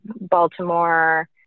Baltimore